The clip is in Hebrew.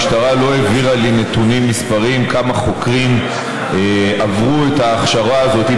המשטרה לא העבירה לי נתונים מספריים כמה חוקרים עברו את ההכשרה הזאת,